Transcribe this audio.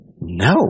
no